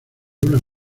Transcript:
una